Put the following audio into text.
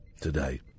today